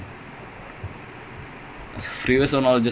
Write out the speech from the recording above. last page ah !aiyoyo! all these ah okay